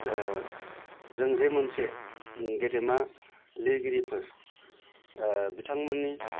जोंजे मोनसे गेदेमा लिरगिरिफोर बिथांमोननि